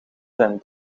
zijn